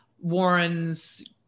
Warren's